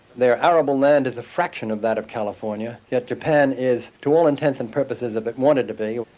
their arable land is a fraction of that of california, yet japan is, to all intents and purposes if it wanted to be,